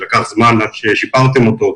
לקח זמן עד ששיפרתם אותו,